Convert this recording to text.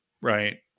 right